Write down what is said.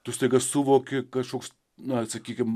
tu staiga suvoki kažkoks na sakykim